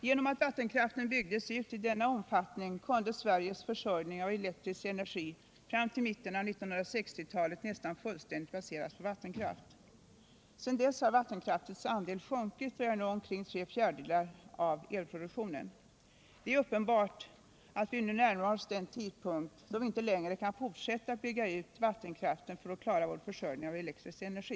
Genom att vattenkraften byggdes ut i denna omfattning kunde Sveriges försörjning med elektrisk energi fram till mitten av 1960-talet nästan fullständigt baseras på vattenkraft. Sedan dess har vattenkraftens andel sjunkit och är nu omkring tre fjärdedelar av elproduktionen. Det är uppenbart att Nr 52 vi nu närmar oss den tidpunkt, när vi inte längre kan fortsätta att bygga Torsdagen den ut vattenkraften för att klara vår försörjning med elektrisk energi.